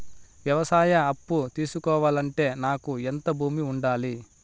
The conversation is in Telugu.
వ్యవసాయ అప్పు తీసుకోవాలంటే నాకు ఎంత భూమి ఉండాలి?